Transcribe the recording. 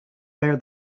bear